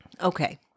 okay